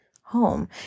home